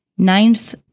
ninth